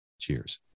Cheers